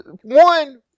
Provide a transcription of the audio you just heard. One